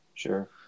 Sure